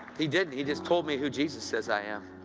he didn't he just told me who jesus says i am.